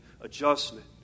adjustment